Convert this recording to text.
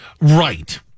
Right